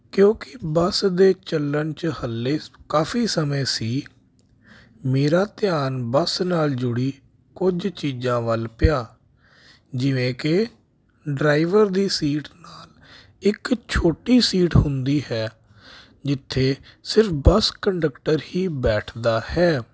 ਕਿਉਂਕਿ ਬੱਸ ਦੇ ਚੱਲਣ 'ਚ ਹਜੇ ਕਾਫ਼ੀ ਸਮੇਂ ਸੀ ਮੇਰਾ ਧਿਆਨ ਬੱਸ ਨਾਲ ਜੁੜੀ ਕੁਝ ਚੀਜ਼ਾਂ ਵੱਲ ਪਿਆ ਜਿਵੇਂ ਕਿ ਡਰਾਈਵਰ ਦੀ ਸੀਟ ਨਾਲ ਇੱਕ ਛੋਟੀ ਸੀਟ ਹੁੰਦੀ ਹੈ ਜਿੱਥੇ ਸਿਰਫ਼ ਬੱਸ ਕੰਡਕਟਰ ਹੀ ਬੈਠਦਾ ਹੈ